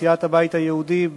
סיעת הבית היהודי,